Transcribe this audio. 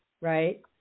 right